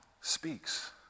speaks